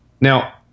Now